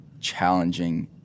challenging